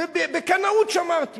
ובקנאות שמרתי.